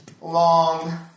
long